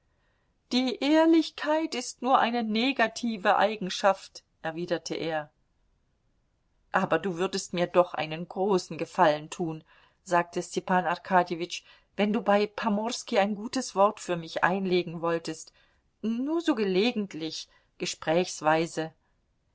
die ehrlichkeit ist nur eine negative eigenschaft erwiderte er aber du würdest mir doch einen großen gefallen tun sagte stepan arkadjewitsch wenn du bei pomorski ein gutes wort für mich einlegen wolltest nur so gelegentlich